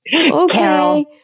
Okay